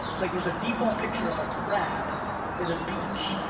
like there was a default picture of a crab in a beach.